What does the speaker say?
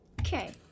okay